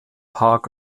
park